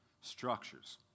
structures